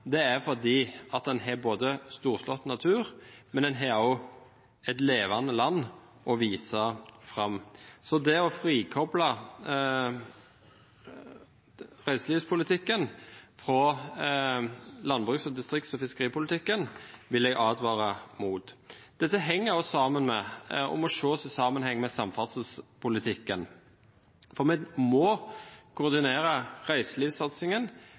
foregår ikke fordi båtene er så fine, den er der fordi en har storslått natur og et levende land å vise fram. Det å frikoble reiselivspolitikken fra landbruks-, distrikts- og fiskeripolitikken vil jeg advare mot. Dette henger sammen med, og må ses i sammenheng med, samferdselspolitikken, for vi må koordinere reiselivssatsingen